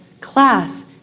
class